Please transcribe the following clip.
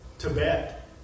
Tibet